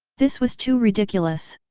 this was too ridiculous!